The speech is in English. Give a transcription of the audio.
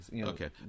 Okay